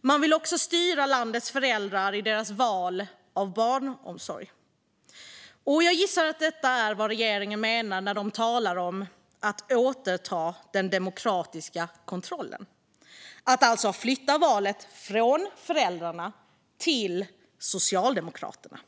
man också styra landets föräldrar i deras val av barnomsorg. Jag gissar att detta är vad regeringen menar när man talar om att återta den demokratiska kontrollen. Valet ska alltså flyttas från föräldrarna till Socialdemokraterna.